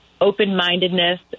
open-mindedness